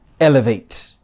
elevate